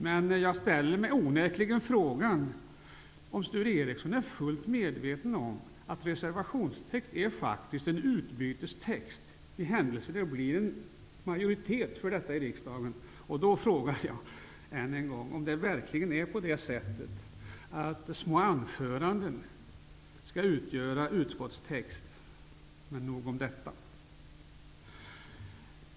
Men jag ställer mig onekligen frågan om Sture Ericson är fullt medveten om att reservationstext faktiskt är en utbytestext, som blir riksdagens beslut för den händelse att den bifalls av en majoritet i riksdagen. Jag ifrågasätter därför om reservationstexter verkligen bör utformas som små anföranden.